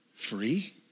free